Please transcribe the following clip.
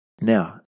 Now